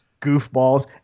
Goofballs